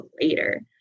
later